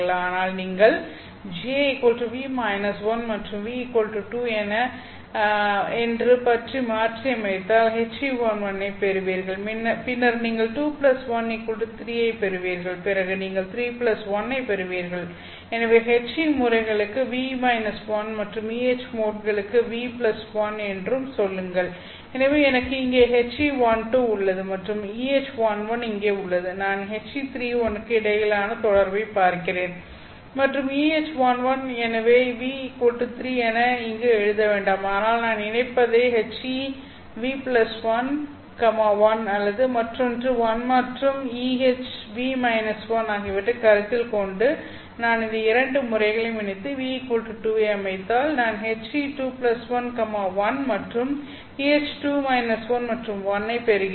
ஆனால் நீங்கள் j ν 1 மற்றும் ν 2 ஐ என்று பற்றி மாற்றியமைத்தால் HE11 ஐப் பெறுவீர்கள் பின்னர் நீங்கள் 2 1 3 ஐப் பெறுவீர்கள் பிறகு நீங்கள் 3 1 ஐப் பெறுவீர்கள் எனவே HE முறைகளுக்கு ν 1 மற்றும் EH மோட்களுக்கு ν 1 என்று சொல்லுங்கள் எனவே எனக்கு இங்கே HE12 உள்ளது மற்றும் EH11 இங்கே உள்ளது நான் HE31 க்கு இடையிலான தொடர்பைப் பார்க்கிறேன் மற்றும் EH11 எனவே ν 3 என இங்கு எழுத வேண்டாம் ஆனால் நான் இணைப்பதைக் HEν1 1 அல்லது மற்றொன்று 1 மற்றும் EHν 1 ஆகியவற்றை கருத்தில் கொண்டு நான் இந்த இரண்டு முறைகளையும் இணைத்து ν 2 ஐ அமைத்தால் நான் HE21 1 மற்றும் EH2 1 மற்றும் 1 ஐப் பெறுகிறேன்